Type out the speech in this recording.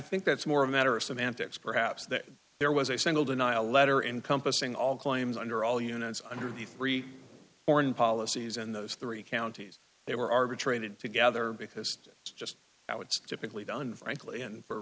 think that's more a matter of semantics perhaps that there was a single denial letter encompassing all claims under all units under the free or in policies in those three counties they were arbitrated together because that's just how it's typically done frankly and for